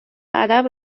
ادب